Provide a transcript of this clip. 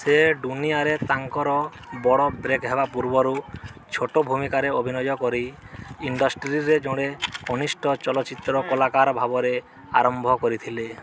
ସେ ଡୁନିଆରେ ତାଙ୍କର ବଡ଼ ବ୍ରେକ୍ ହେବା ପୂର୍ବରୁ ଛୋଟ ଭୂମିକାରେ ଅଭିନୟ କରି ଇଣ୍ଡଷ୍ଟ୍ରିରେ ଜଣେ କନିଷ୍ଠ ଚଳଚ୍ଚିତ୍ର କଳାକାର ଭାବରେ ଆରମ୍ଭ କରିଥିଲେ